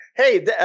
Hey